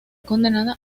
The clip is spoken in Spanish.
condenada